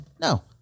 No